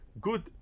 good